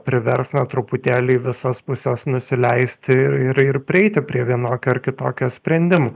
privers na truputėlį visas puses nusileisti ir ir prieiti prie vienokio ar kitokio sprendimo